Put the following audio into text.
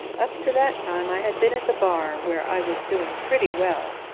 up to that time i had been at the bar, where i was doing pretty well,